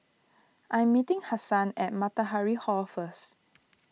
I am meeting Hasan at Matahari Hall first